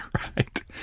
right